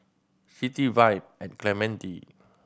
City Vibe at Clementi